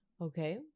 Okay